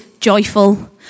joyful